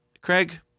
Craig